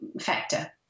factor